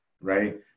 right